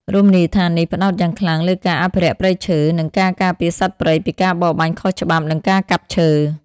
រមណីយដ្ឋាននេះផ្តោតយ៉ាងខ្លាំងលើការអភិរក្សព្រៃឈើ និងការការពារសត្វព្រៃពីការបរបាញ់ខុសច្បាប់ និងការកាប់ឈើ។